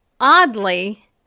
oddly